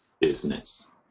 business